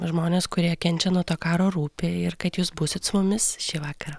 žmonės kurie kenčia nuo to karo rūpi ir kad jūs būsit su mumis šį vakarą